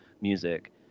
music